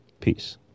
Peace